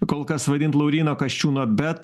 kol kas vadint lauryno kasčiūno bet